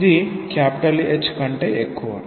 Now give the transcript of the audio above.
ఇది H కంటే ఎక్కువ